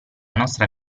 nostra